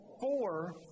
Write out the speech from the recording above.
four